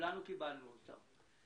כולנו קיבלנו אותה.